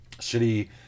shitty